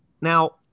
Now